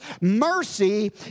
Mercy